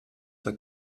zur